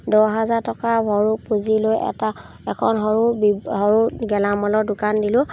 দহ হাজাৰ টকা সৰু পুঁজি লৈ এটা এখন সৰু সৰু গেলামালৰ দোকান দিলোঁ